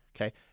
Okay